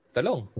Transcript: Talong